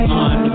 on